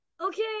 Okay